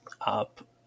up